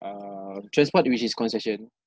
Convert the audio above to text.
um transport which is concession